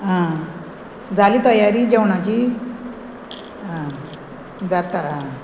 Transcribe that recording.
आ जाली तयारी जेवणाची आं जाता आं